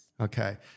Okay